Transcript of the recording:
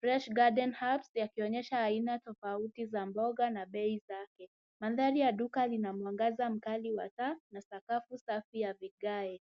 fresh garden herbs yakionyesha aina tofauti za mboga na bei zake. Mandhari ya duka lina mwangaza mkali wa taa na sakafu safi ya vigae.